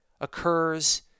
occurs